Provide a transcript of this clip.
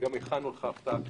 וגם הכנו לך הפתעה קטנה.